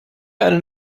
einen